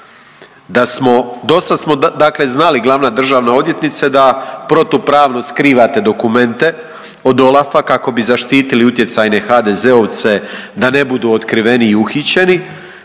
OLAF-u. Do sad smo znali glavna državna odvjetnice da protupravno skrivate dokumente od OLAF-a kako bi zaštitili utjecajne HDZ-ovce da ne budu otkriveni i uhićeni,